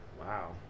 Wow